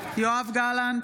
יואב גלנט,